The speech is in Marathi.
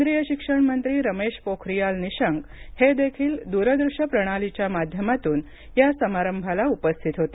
केंद्रीय शिक्षण मंत्री रमेश पोखरियाल निशंक हे देखील द्ररदृश्य प्रणालीच्या माध्यमातून या समारंभाला उपस्थित होते